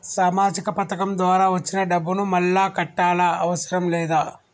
సామాజిక పథకం ద్వారా వచ్చిన డబ్బును మళ్ళా కట్టాలా అవసరం లేదా?